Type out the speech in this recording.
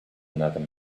another